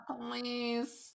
Please